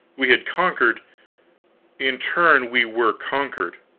we had conquered in turn we were conquered.